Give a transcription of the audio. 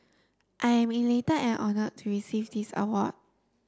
I am elated and honoured to receive this award